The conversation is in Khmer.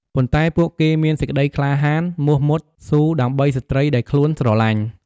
ប៉ុន្ដែពួកគេមានសេចក្ដីក្លាហានមោះមុតស៊ូដើម្បីស្រ្តីដែលខ្លួន ស្រឡាញ់។